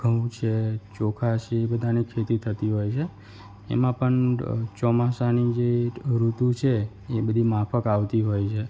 ઘઉં છે ચોખા છે એ બધાની ખેતી થતી હોય છે એમાં પણ ચોમાસાની જે ઋતુ છે એ બધી માફક આવતી હોય છે